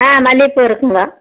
ஆ மல்லிகைப்பூ இருக்குதுங்க